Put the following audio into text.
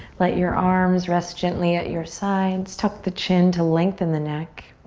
let your arms rest gently at your sides. tuck the chin to lengthen the neck.